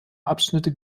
abschnitte